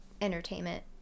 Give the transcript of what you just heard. entertainment